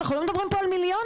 אנחנו לא מדברים על מיליונים,